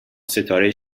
ستاره